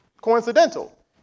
coincidental